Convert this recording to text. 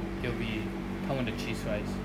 it'll be 他们的 cheese fries